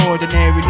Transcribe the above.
Ordinary